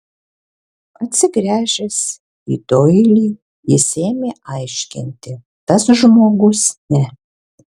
atsigręžęs į doilį jis ėmė aiškinti tas žmogus ne